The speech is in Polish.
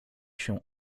się